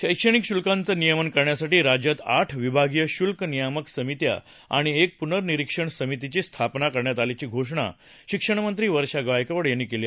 शैक्षणिक शुल्कांचं नियमन करण्यासाठी राज्यात आठ विभागीय शुल्क नियामक समित्या आणि एक पूनर्निरीक्षण समितीची स्थापना करण्यात आल्याची घोषणा शिक्षणमंत्री वर्षा गायकवाड यांनी काल केली